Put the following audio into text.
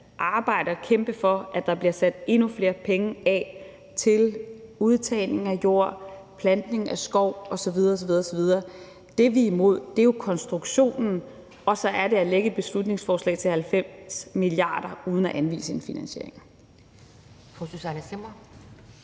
arbejde og kæmpe for, at der bliver sat endnu flere penge af til udtagning af jord, plantning af skov osv. osv. Det, vi er imod, er jo konstruktionen, og så er det at lægge et beslutningsforslag til 90 mia. kr. uden at anvise en finansiering.